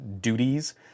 duties